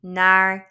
naar